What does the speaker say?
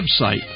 website